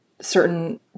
certain